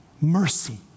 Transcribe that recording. mercy